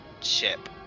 Chip